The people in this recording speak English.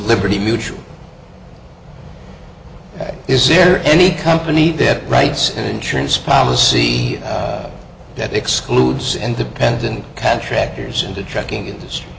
liberty mutual is there any company that writes insurance policy that excludes independent contractors in the trucking industry